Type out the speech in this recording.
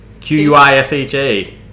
Q-U-I-S-H-A